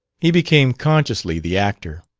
he became consciously the actor.